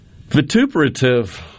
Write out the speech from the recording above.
vituperative